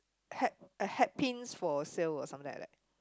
head a head pins for sales or something like that